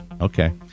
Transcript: Okay